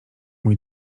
mój